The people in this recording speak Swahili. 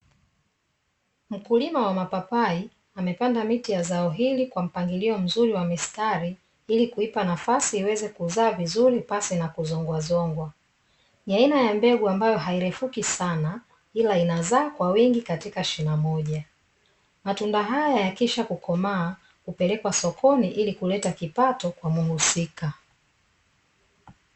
Mkulima wa mapapai amepanda miti ya zao hili kwa mpangilio mzuri wa mistari ili kuipa nafasi iweze kuzaa vizuri pasi na kuzongwazongwa, ni aina ya mbegu ambayo hairefuki sana ila inazaa kwa wingi katika shina moja. Matunda haya yakishakukomaa hupelekwa sokoni ili kuleta kipato kwa muhusika.